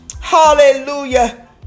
Hallelujah